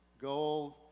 Gold